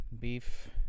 beef